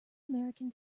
american